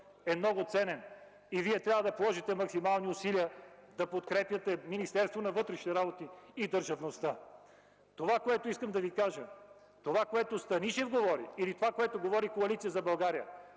е много ценен. Вие трябва да положите максимални усилия да подкрепяте Министерството на вътрешните работи и държавността. Това, което искам да Ви кажа, това, което Станишев говори, или това, което говори Коалиция за България